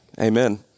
Amen